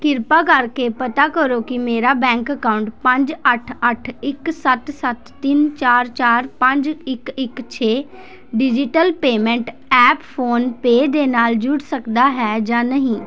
ਕਿਰਪਾ ਕਰਕੇ ਪਤਾ ਕਰੋ ਕਿ ਮੇਰਾ ਬੈਂਕ ਅਕਾਊਂਟ ਪੰਜ ਅੱਠ ਅੱਠ ਇੱਕ ਸੱਤ ਸੱਤ ਤਿੰਨ ਚਾਰ ਚਾਰ ਪੰਜ ਇੱਕ ਇੱਕ ਛੇ ਡਿਜੀਟਲ ਪੇਮੈਂਟ ਐਪ ਫੋਨਪੇਅ ਦੇ ਨਾਲ ਜੁੜ ਸਕਦਾ ਹੈ ਜਾਂ ਨਹੀਂ